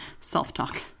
self-talk